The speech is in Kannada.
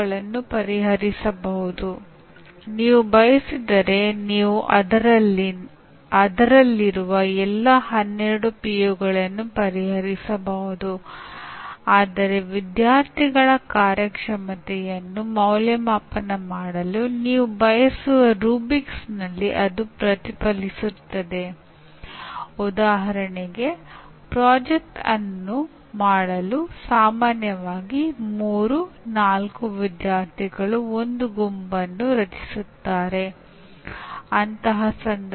ಆದ್ದರಿಂದ ಇದನ್ನು ಇನ್ನೊಂದು ರೀತಿಯಲ್ಲಿ ಹೇಳುವುದಾದರೆ ಶಿಕ್ಷಕರು ತರಗತಿಯಲ್ಲಿ ಸಮಸ್ಯೆಯನ್ನು ಪರಿಹರಿಸುವ ಮೂಲಕ ಅಥವಾ ತರಗತಿಯಲ್ಲಿ ವಿದ್ಯಾರ್ಥಿಗಳಿಂದ ಸಮಸ್ಯೆಯನ್ನು ಪರಿಹರಿಸುವ ಮೂಲಕ ಅಥವಾ ಅಂತಿಮ ಸೆಮಿಸ್ಟರ್ ಪರೀಕ್ಷೆಗಳಲ್ಲಿ ಸರಿಯಾದ ರೀತಿಯ ಪ್ರಶ್ನೆಗಳನ್ನು ನೀಡುವ ಮೂಲಕ ತಮ್ಮ ವಿದ್ಯಾರ್ಥಿಗಳಿಗೆ ಅಂದಾಜುವಿಕೆ ಬಗ್ಗೆ ಮಾರ್ಗದರ್ಶನ ನೀಡಬಹುದು